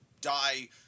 die